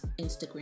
Instagram